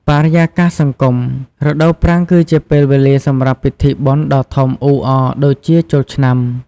បរិយាកាសសង្គម រដូវប្រាំងគឺជាពេលវេលាសម្រាប់ពិធីបុណ្យដ៏ធំអ៊ូអរដូចជាចូលឆ្នាំ។